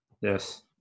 Yes